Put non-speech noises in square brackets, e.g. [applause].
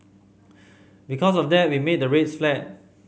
[noise] because of that we made the rates flat